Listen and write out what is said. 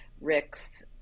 Rick's